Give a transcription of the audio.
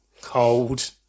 cold